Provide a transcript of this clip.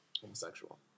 homosexual